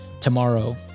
tomorrow